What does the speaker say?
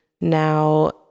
now